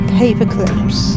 paperclips